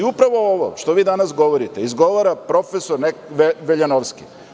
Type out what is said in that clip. I upravo ovo što vi danas govorite izgovara profesor Veljanovski.